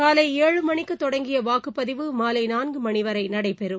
காலை ஏழு மணிக்குத் தொடங்கிய வாக்குப்பதிவு மாலை நான்கு மணி வரை நடைபெறும்